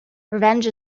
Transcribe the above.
revenge